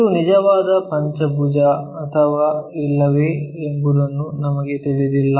ಇದು ನಿಜವಾದ ಪಂಚಭುಜ ಅಥವಾ ಇಲ್ಲವೇ ಎಂಬುದು ನಮಗೆ ತಿಳಿದಿಲ್ಲ